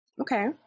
Okay